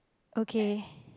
okay